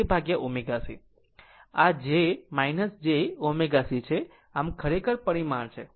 આ j jω C છે આમ આ ખરેખર પરિમાણ છે